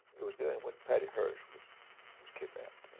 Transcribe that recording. it was during when patty hearst was was kidnapped.